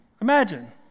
Imagine